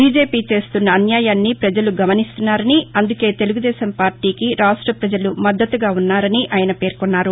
BJP చేస్తున్న అన్యాయాన్ని ప్రజలు గమనిస్తున్నారని అందుకే తెలుగుదేశం పార్టీకి రాష్ట పజలు మద్దతుగా ఉన్నారని ఆయన పేర్కొన్నారు